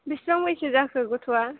बिसिबां बैसो जाखो गथ'आ